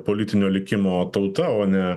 politinio likimo tauta o ne